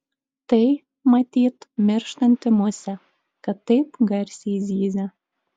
tai matyt mirštanti musė kad taip garsiai zyzia